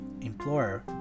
employer